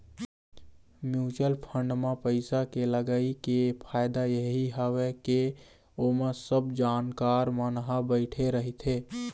mutual fund म पइसा के लगई के फायदा यही हवय के ओमा सब जानकार मन ह बइठे रहिथे